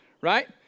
right